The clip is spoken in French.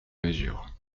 mesures